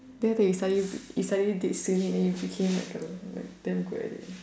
then after that you suddenly you suddenly did swimming then you became like a damn good at it